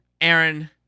Aaron